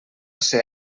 ser